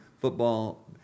football